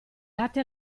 latte